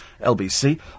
LBC